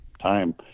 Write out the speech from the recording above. time